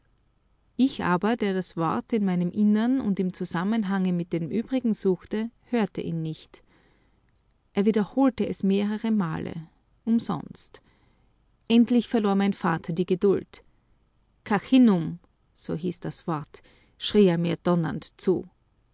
ich aber der das wort in meinem innern und im zusammenhange mit dem übrigen suchte hörte ihn nicht er wiederholte es mehrere male umsonst endlich verlor mein vater die geduld cachinnum so hieß das wort schrie er mir donnernd zu